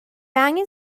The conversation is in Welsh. angen